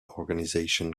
organization